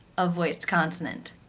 a voiced consonant.